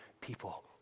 people